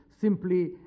simply